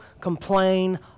complain